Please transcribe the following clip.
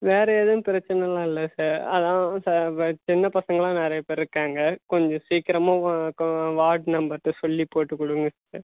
வேறு எதுவும் பிரச்சனலாம் இல்லை சார் அதான் சார் வ சின்ன பசங்கள்லாம் நிறையா பேர் இருக்காங்க கொஞ்சம் சீக்கிரமாக ஒ கோ வார்ட் மெம்பர்கிட்ட சொல்லி போட்டுக் கொடுங்க சார்